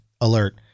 alert